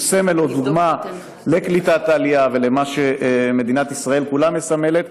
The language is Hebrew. סמל או דוגמה לקליטת עלייה ולמה שמדינת ישראל כולה מסמלת.